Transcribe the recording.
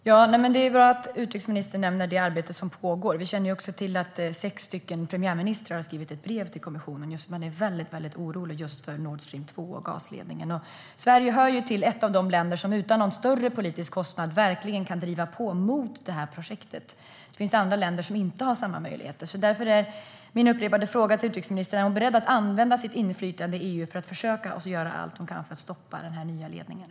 Herr talman! Det är bra att utrikesministern nämner det arbete som pågår. Vi känner också till att sex premiärministrar har skrivit ett brev till kommissionen. Man är väldigt orolig just för gasledningen Nordstream 2. Sverige är ett av de länder som utan någon större politisk kostnad verkligen kan driva på mot det här projektet. Det finns andra länder som inte har samma möjligheter. Därför är min fråga till utrikesministern: Är utrikesministern beredd att använda sitt inflytande i EU för att göra allt hon kan för att stoppa den nya ledningen?